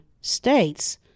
states